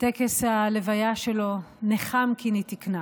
טקס הלוויה שלו, נחַמקין, היא תיקנה.